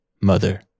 Mother